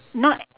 not